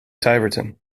tiverton